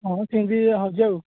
ହଁ ସେମିତି ହେଉଛି ଆଉ